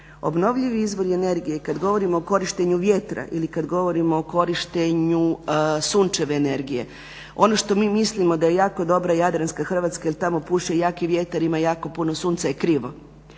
Obnovljivi izvori energije kada govorimo o korištenju vjetra ili kada govorimo o korištenju sunčeve energije ono što mi mislimo da je dobra jadranska Hrvatska jel tamo puše jaki vjetar i ima jako puno sunca je krivo.